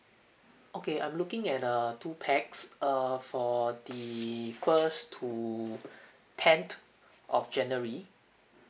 okay I'm looking at err two pax err for the first to tenth of january